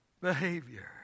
behavior